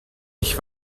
ich